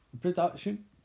production